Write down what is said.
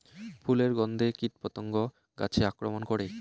ফুলের গণ্ধে কীটপতঙ্গ গাছে আক্রমণ করে?